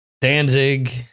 Danzig